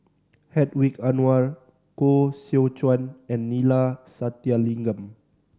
Hedwig Anuar Koh Seow Chuan and Neila Sathyalingam